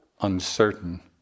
uncertain